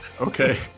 Okay